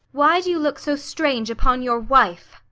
why do you look so strange upon your wife?